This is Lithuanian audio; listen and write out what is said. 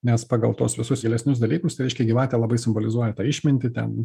nes pagal tuos visus gilesnius dalykus tai reiškia gyvatė labai simbolizuoja tą išmintį ten